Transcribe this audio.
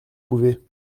pouvez